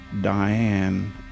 Diane